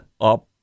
up